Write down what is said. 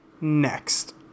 Next